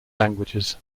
languages